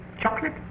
Chocolate